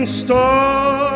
star